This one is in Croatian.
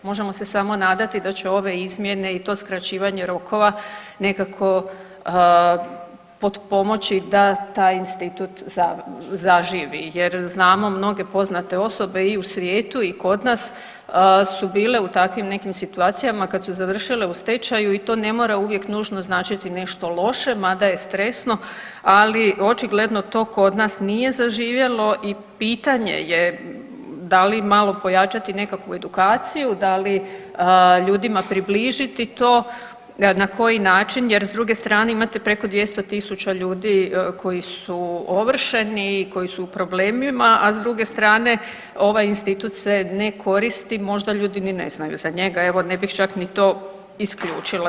Možemo se samo nadati da će ove izmjene i to skraćivanje rokova nekako potpomoći da taj institut zaživi jer znamo mnoge poznate osobe i u svijetu i kod nas su bile u takvim nekim situacijama kad su završile u stečaju i to ne mora uvijek nužno značiti nešto loše mada je stresno ali očigledno to kod nas nije zaživjelo i pitanje je da li malo pojačati nekakvu edukaciju, da li ljudima približiti to, na koji način jer s druge strane imate preko 200.000 ljudi koji su ovršeni i koji su u problemima, a s druge strane ovaj institut se ne koristi, možda ljudi ni ne znaju za njega, evo ne bih čak ni to isključila.